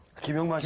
give him like